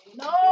no